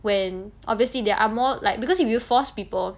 when obviously there are more like because if you force people